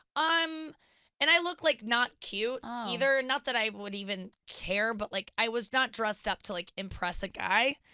um and i look like not cute either, not that i would even care, but like i was not dressed up to like impress a guy,